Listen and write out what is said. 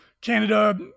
Canada